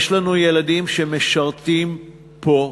יש לנו ילדים שמשרתים פה,